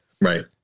Right